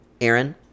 Aaron